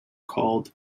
called